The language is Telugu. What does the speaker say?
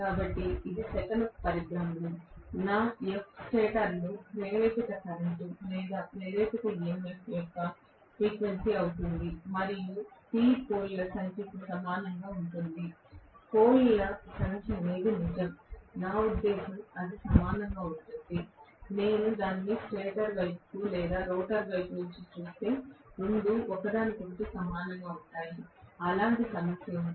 కాబట్టి ఇది సెకనుకు పరిభ్రమణం నా f స్టేటర్లో ప్రేరేపిత కరెంట్ లేదా ప్రేరిత EMF యొక్క ఫ్రీక్వెన్సీ అవుతుంది మరియు p పోల్ ల సంఖ్యకు సమానంగా ఉంటుంది పోల్ ల సంఖ్య అనేది నిజం నా ఉద్దేశ్యం అది సమానంగా ఉంటుంది నేను దానిని స్టేటర్ వైపు లేదా రోటర్ వైపు నుండి చూస్తే రెండూ ఒకదానికొకటి సమానంగా ఉంటాయి అలాంటి సమస్య ఉంది